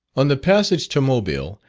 on the passage to mobile,